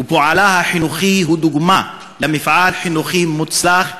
ופועלה החינוכי הוא דוגמה למפעל חינוכי מוצלח ורצוי,